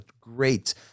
great